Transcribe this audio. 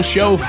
Show